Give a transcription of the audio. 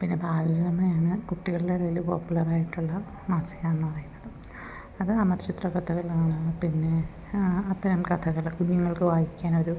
പിന്നെ ബാലരമയാണ് കുട്ടികളുടെ ഇടയില് പോപ്പുലറായിട്ടുള്ള മാസികാന്ന് പറയുന്നത് അത് അമർചിത്രകഥകളാണ് പിന്നെ അത്തരം കഥകൾ കുഞ്ഞുങ്ങൾക്ക് വായിക്കാനൊരു